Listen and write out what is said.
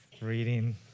reading